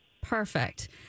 Perfect